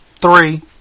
three